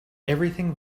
everything